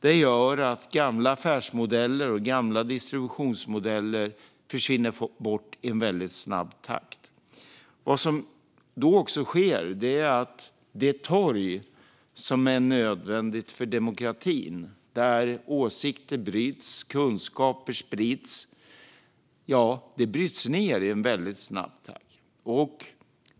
Det leder till att gamla affärs och distributionsmodeller försvinner i snabb takt. Det för demokratin nödvändiga torg där åsikter byts och där kunskaper sprids bryts då ned i snabb takt.